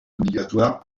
obligatoire